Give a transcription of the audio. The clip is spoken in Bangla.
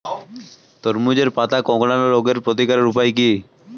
তরমুজের পাতা কোঁকড়ানো রোগের প্রতিকারের উপায় কী?